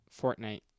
Fortnite